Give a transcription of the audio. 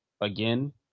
again